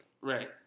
Right